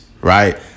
right